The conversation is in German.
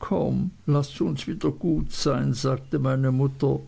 komm laß uns wieder gut sein sagte meine mutter